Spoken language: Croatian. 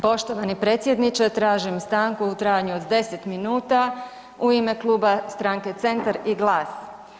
Poštovani predsjedniče, tražim stanku u trajanju od 10 minuta u ime Kluba Stranke Centar i GLAS.